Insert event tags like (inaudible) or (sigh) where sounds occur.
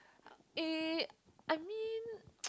eh I mean (noise)